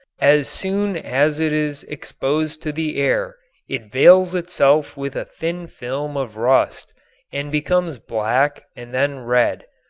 as soon as it is exposed to the air it veils itself with a thin film of rust and becomes black and then red.